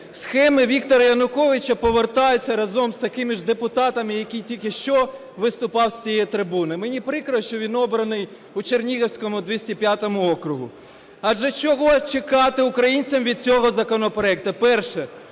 схеми Віктора Януковича повертаються разом з такими ж депутатами, який тільки що виступав з цієї трибуни. Мені прикро, що він обраний у Чернігівському 205-му окрузі. Адже чого чекати українцям від цього законопроекту? Перше